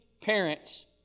parents